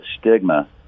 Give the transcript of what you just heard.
stigma